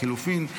לחלופין,